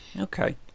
Okay